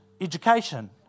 education